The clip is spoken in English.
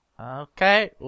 Okay